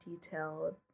detailed